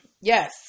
yes